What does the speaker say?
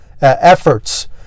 efforts